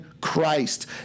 Christ